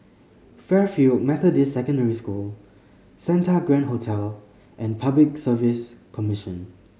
Fairfield Methodist Secondary School Santa Grand Hotel and Public Service Commission